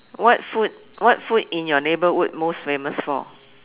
what food what food in your neighbourhood most famous for